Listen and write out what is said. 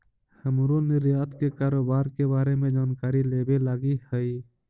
हमरो निर्यात के कारोबार के बारे में जानकारी लेबे लागी हई